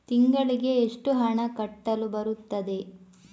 ತಿಂಗಳಿಗೆ ಎಷ್ಟು ಹಣ ಕಟ್ಟಲು ಬರುತ್ತದೆ?